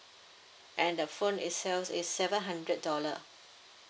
and the phone itself is seven hundred dollar